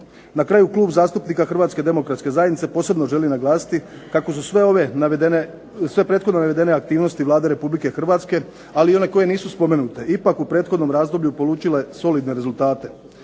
Na kraju Klub zastupnika Hrvatske demokratske zajednice posebno želi naglasiti kako su sve ove navedene, sve prethodno navedene aktivnosti Vlade Republike Hrvatske, ali i one koje nisu spomenute ipak u prethodnom razdoblju polučile solidne rezultate,